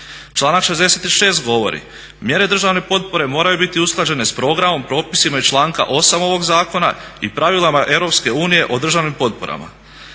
Članak 66. govori mjere državne potpore moraju biti usklađene s programom, propisima iz članka 8. ovog zakona i pravilima Europske unije o državnim potporama.